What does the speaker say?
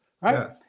right